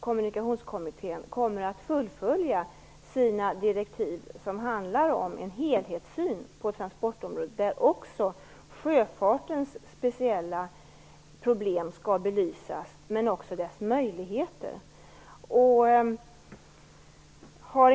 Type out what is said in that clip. Kommunikationskommittén kommer att fullfölja sina direktiv, som handlar om en helhetssyn på transportområdet där också sjöfartens speciella problem, men också dess möjligheter, skall belysas.